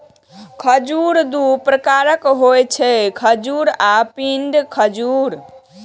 खजूर दू प्रकारक होइ छै, खजूर आ पिंड खजूर